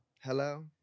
hello